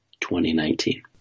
2019